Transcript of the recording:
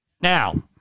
Now